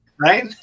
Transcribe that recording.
right